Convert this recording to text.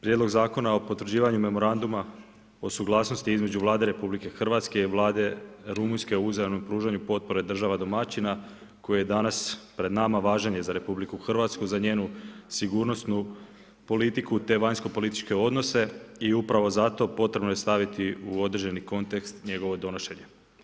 Prijedlog Zakona o potvrđivanju memoranduma, o suglasnosti između Vlade RH i Vlade Rumunjske o uzajamnom pružanju potpore države domaćina, koji je danas pred nama važan je za RH, za njenu sigurnosnu politiku te vanjsko političke odnose, i upravo zato potrebno je staviti u određeni kontekst njegovo donošenje.